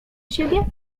siebie